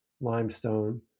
limestone